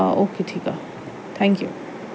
हा ओके ठीकु आहे थैंक्यू